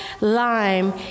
lime